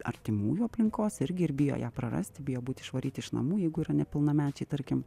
artimųjų aplinkos irgi ir bijo ją prarasti bijo būt išvaryti iš namų jeigu yra nepilnamečiai tarkim